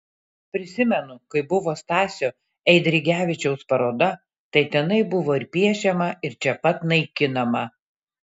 prisimenu kai buvo stasio eidrigevičiaus paroda tai tenai buvo ir piešiama ir čia pat naikinama